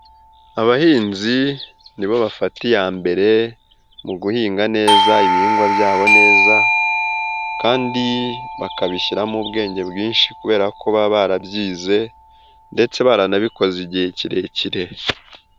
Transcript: Abahinzi ni bo bafata iya mbere mu guhinga neza ibihingwa byabo neza kandi bakabishyiramo ubwenge bwinshi kubera ko baba barabyize ndetse baranabikoze igihe kirekire.